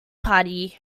party